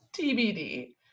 tbd